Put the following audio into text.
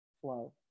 flow